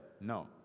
no